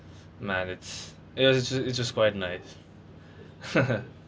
man it's it's it's just quite nice